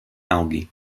algae